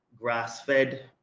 grass-fed